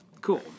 Cool